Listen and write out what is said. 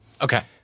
Okay